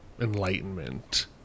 enlightenment